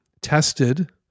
tested